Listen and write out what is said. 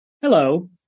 Hello